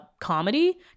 comedy